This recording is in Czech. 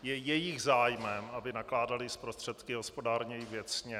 Je jejich zájmem, aby nakládaly s prostředky hospodárněji, věcně.